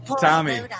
Tommy